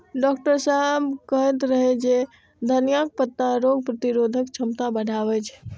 doctor साहेब कहैत रहै जे धनियाक पत्ता रोग प्रतिरोधक क्षमता बढ़बै छै